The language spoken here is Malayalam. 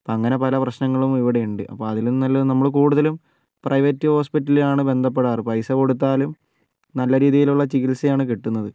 അപ്പോൾ അങ്ങനെ പല പ്രശ്നങ്ങളും ഇവിടെ ഉണ്ട് അപ്പോൾ അതിലും നല്ലത് നമ്മൾ കൂടുതലും പ്രൈവറ്റ് ഹോസ്പിറ്റലിലാണ് ബന്ധപ്പെടാറ് പൈസ കൊടുത്താലും നല്ല രീതിയിലുള്ള ചികിത്സയാണ് കിട്ടുന്നത്